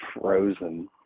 frozen